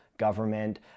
government